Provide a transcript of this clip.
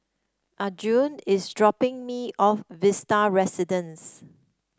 Arjun is dropping me off Vista Residences